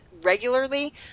regularly